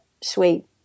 sweet